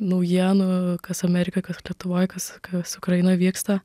naujienų kas amerikoj kad lietuvoj kas kas ukrainoj vyksta